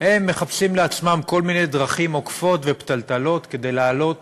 הם מחפשים לעצמם כל מיני דרכים עוקפות ופתלתלות כדי להעלות